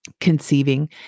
Conceiving